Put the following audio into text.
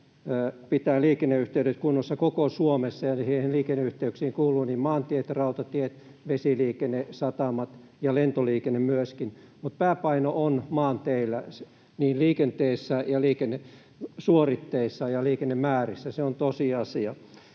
pitää liikenneyhteydet kunnossa koko Suomessa, ja niihin liikenneyhteyksiin kuuluvat niin maantiet, rautatiet, vesiliikenne, satamat ja lentoliikenne myöskin, mutta pääpaino on maantieliikenteessä, niin liikennesuoritteissa kuin liikennemäärissä. Se on tosiasia.